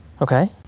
Okay